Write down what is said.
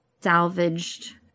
salvaged